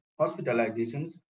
hospitalizations